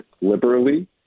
liberally